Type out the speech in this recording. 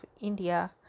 India